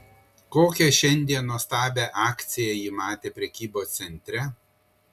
kokią šiandien nuostabią akciją ji matė prekybos centre